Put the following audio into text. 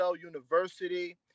University